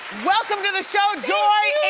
welcome to the show joy.